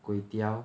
kway teow